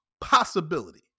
possibility